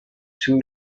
too